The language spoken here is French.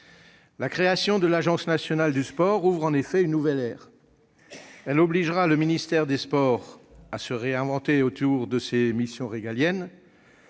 La création de l'Agence nationale du sport ouvre en effet une nouvelle ère. Elle obligera le ministère des sports à se réinventer autour de ses missions régaliennes.